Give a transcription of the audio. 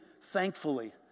thankfully